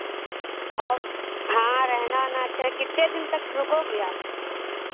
और हाँ रहना वहना अच्छा है कितने दिन तक रुकोगे आप